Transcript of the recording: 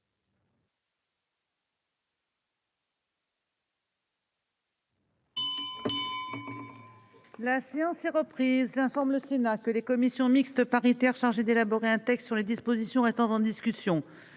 La séance est reprise informe le Sénat que les commissions mixtes paritaires chargés d'élaborer un texte sur les dispositions restant en discussion